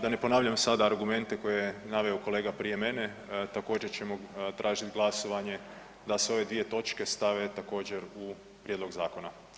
Da ne ponavljam sada argumente koje je naveo kolega prije mene, također, ćemo tražiti glasovanje da se ove dvije točke stave također u tekst zakona.